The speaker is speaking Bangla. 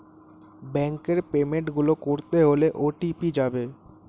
ব্যাংকের পেমেন্ট গুলো করতে হলে ও.টি.পি যাবে